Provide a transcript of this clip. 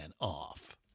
off